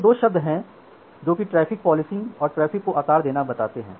ये 2 शब्द हैं जोकि ट्रैफ़िक पॉलिसिंग और ट्रैफ़िक को आकार देना बताता है